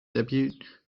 debut